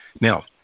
Now